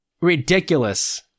ridiculous